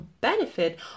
benefit